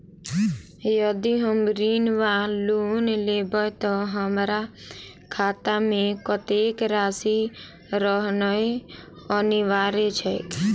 यदि हम ऋण वा लोन लेबै तऽ हमरा खाता मे कत्तेक राशि रहनैय अनिवार्य छैक?